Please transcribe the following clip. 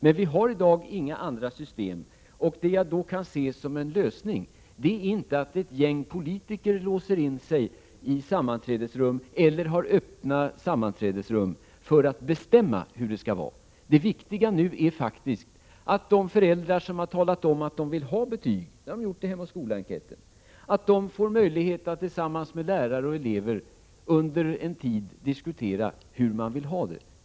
Men vi har i dag inga andra system. Jag kan dock inte se det som en lösning att ett gäng politiker låser in sig i ett sammanträdesrum eller har öppna sammanträden för att bestämma hur det skall vara. Det viktiga nu är att de föräldrar som har talat om att de vill ha betyg — de som har talat om det i Hem och Skola-enkäten — får möjlighet att tillsammans med lärare och elever under en tid diskutera hur man vill ha det.